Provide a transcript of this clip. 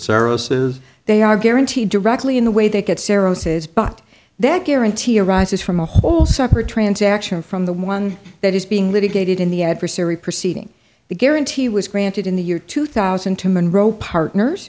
saros is they are guaranteed directly in the way they get sero says but that guarantee arises from a whole separate transaction from the one that is being litigated in the adversary proceeding the guarantee was granted in the year two thousand and two monroe partners